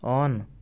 on